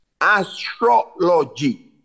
astrology